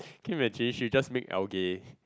can you imagine she just make algae